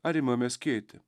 ar imame skėtį